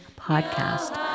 podcast